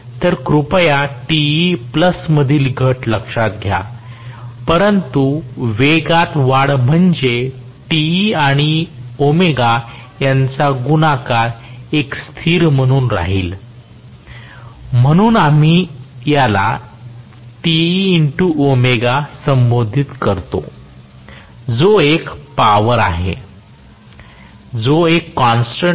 तर कृपया Te प्लसमधील घट लक्षात घ्या परंतु वेगात वाढ म्हणजे Te आणि यांचा गुणाकार एक स्थिर म्हणून राहील म्हणून आम्ही याला संबोधित करतो जो एक पावर आहेजो एक कॉन्स्टन्ट आहे